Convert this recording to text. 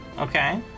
Okay